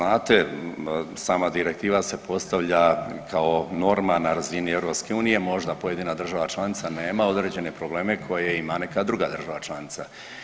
Kao što znate sama direktiva se postavlja kao norma na razini EU, možda pojedina država članica nema određene probleme koje ima neka druga država članica.